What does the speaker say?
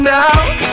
now